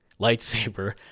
lightsaber